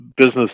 Business